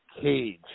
cage